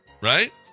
right